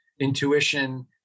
intuition